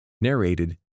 Narrated